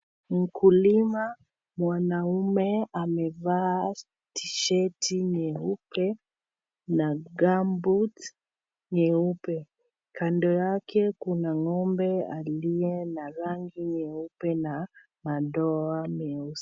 Mkulima mwanaume amevaa tisheti nyeupe na gumboots nyeupe, kando yake kuna ngombe aliye na rangi nyeupe na madoa meusi.